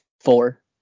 Four